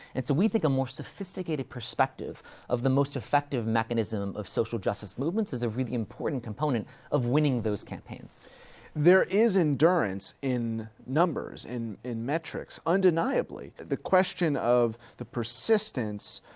and so we think a more sophisticated perspective of the most effective mechanism of social justice movements is a really important component of winning those campaigns. heffner there is endurance in numbers and in metrics, undeniably. the question of the persistence,